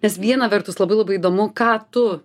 nes viena vertus labai labai įdomu ką tu